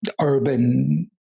urban